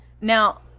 Now